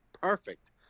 perfect